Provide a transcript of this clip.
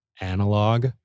analog